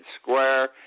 square